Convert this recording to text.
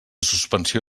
suspensió